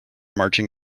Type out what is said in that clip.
marching